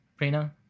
Prina